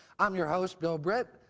i'm your host bill britt.